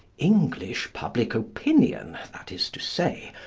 english public opinion, that is to say,